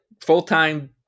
full-time